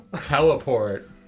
teleport